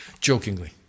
jokingly